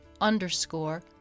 underscore